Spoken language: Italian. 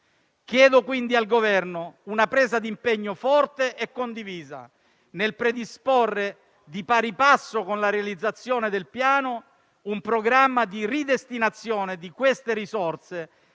Chiedo quindi al Governo una presa di impegno forte e condivisa nel predisporre, di pari passo con la realizzazione del Piano, un programma di ridestinazione di queste risorse